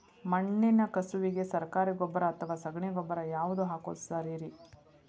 ಮಣ್ಣಿನ ಕಸುವಿಗೆ ಸರಕಾರಿ ಗೊಬ್ಬರ ಅಥವಾ ಸಗಣಿ ಗೊಬ್ಬರ ಯಾವ್ದು ಹಾಕೋದು ಸರೇರಿ?